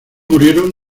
murieron